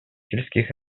сельских